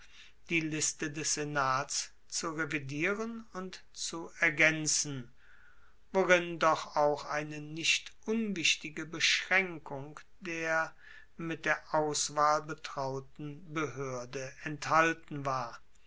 die liste des senats zu revidieren und zu ergaenzen worin doch auch eine nicht unwichtige beschraenkung der mit der auswahl betrauten behoerde enthalten war